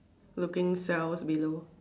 looking cells below